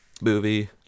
movie